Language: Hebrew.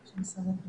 כולם.